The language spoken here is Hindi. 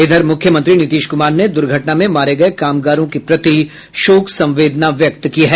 इधर मुख्यमंत्री नीतीश कुमार ने दुर्घटना में मारे गये कामगारों के प्रति शोक संवेदना व्यक्त की है